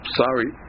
sorry